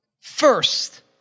first